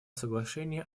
соглашение